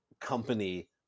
company